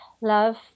Love